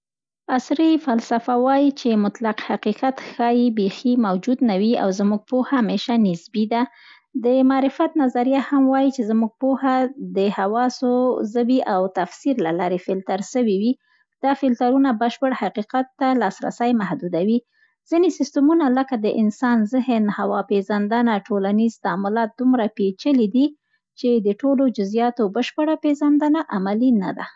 عصري فلسفه وایي چې "مطلق حقیقت" ښایي بیخي موجود نه وي او زموږ پوهه همیشه نسبي ده. د "معرفت نظریه" هم وايي چې زموږ پوهه تل د حواسو، زبې او تفسیر له لارې فلتر سوې وي. دا فلترونه بشپړ حقیقت ته لاسرسی محدودوي. ځینې سیستمونه، لکه: د انسان ذهن، هوا پېزندنه، ټولنیز تعاملات دومره پېچلي دي چي د ټولو جزیاتو بشپړه پېزندنه عملي نه ده.